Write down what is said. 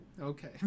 okay